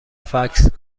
فکس